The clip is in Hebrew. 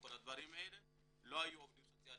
לא היו עובדים סוציאליים.